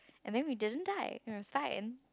and then we didn't die we were slide in